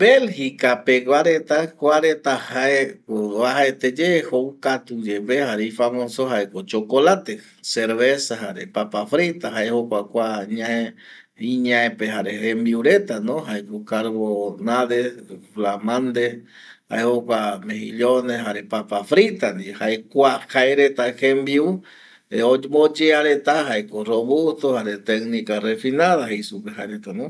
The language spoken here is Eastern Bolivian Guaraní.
Belgica pegua reta kua reta jaeko oajaeteye joukatu yepe ifamoso jaeko chokolate, cervesa jare papa frita jare jae jokua ñae iñaepe jare jembiu retano jaeko carbonade, blamande jae jokua mejillone jare papa frita ndie jae kua jaereta jembiu omboyea reta jaeko robusto jare tecnica refinada jei supe retano